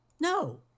No